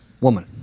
Woman